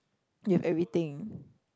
you have everything